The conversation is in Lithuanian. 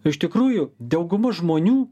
iš tikrųjų dauguma žmonių